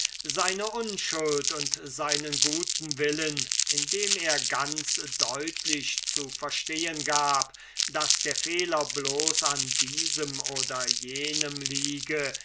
seine unschuld und seinen guten willen indem er ganz deutlich zu verstehen gab daß der fehler bloß an diesem oder jenem liege